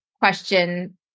question